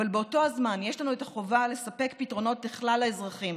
אבל באותו הזמן יש לנו את החובה לספק פתרונות לכלל האזרחים